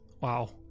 wow